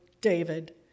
David